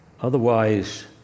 Otherwise